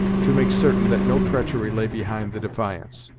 to make certain that no treachery lay behind the defiance.